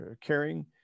caring